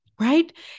Right